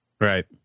Right